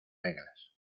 reglas